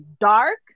dark